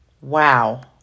Wow